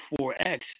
4X